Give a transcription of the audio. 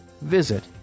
visit